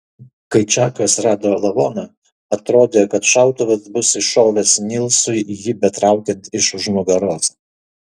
kai čakas rado lavoną atrodė kad šautuvas bus iššovęs nilsui jį betraukiant iš už nugaros